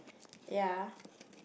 ya